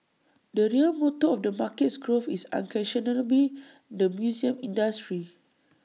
the real motor of the market's growth is unquestionably the museum industry